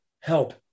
help